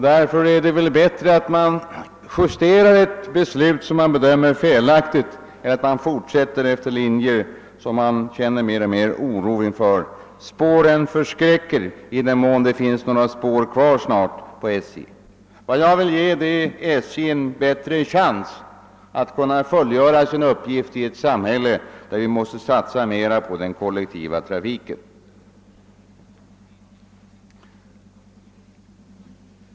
Det är väl bättre att justera ett beslut som man efter hand bedömer vara felaktigt än att fortsätta en utveckling som man känner allt större oro inför. Spåren förskräcker — i den mån det finns några spår kvar. "Vad jag vill är att SJ skall få en bättre chans att fullgöra sin uppgift i ett samhälle som måste satsa mer på den kollektiva trafiken.